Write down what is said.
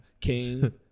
King